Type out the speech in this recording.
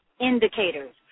indicators